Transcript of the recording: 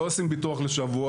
לא עושים ביטוח לשבו,